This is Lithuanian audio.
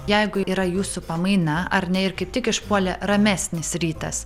jeigu yra jūsų pamaina ar ne ir kaip tik išpuolė ramesnis rytas